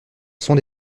sont